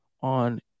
on